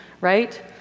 right